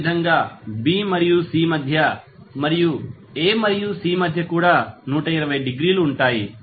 అదేవిధంగా B మరియు C మధ్య మరియు A మరియు C మధ్య కూడా 120 డిగ్రీలు ఉంటాయి